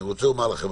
אני רוצה לומר לכם,